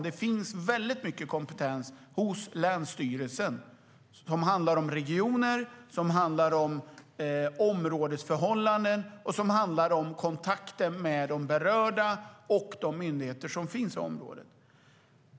Det finns väldigt mycket kompetens hos länsstyrelsen som handlar om regioner, områdesförhållanden och kontakter med de berörda och de myndigheter som finns på området.